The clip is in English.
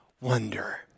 wonder